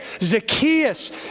Zacchaeus